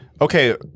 Okay